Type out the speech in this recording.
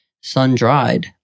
sun-dried